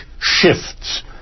shifts